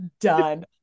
done